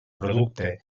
producte